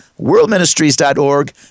worldministries.org